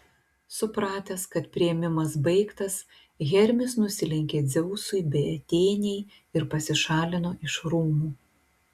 supratęs kad priėmimas baigtas hermis nusilenkė dzeusui bei atėnei ir pasišalino iš rūmų